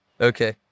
Okay